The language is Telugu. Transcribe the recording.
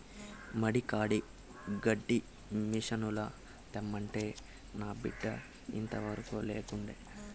మడి కాడి గడ్డి మిసనుల తెమ్మంటే నా బిడ్డ ఇంతవరకూ లేకుండే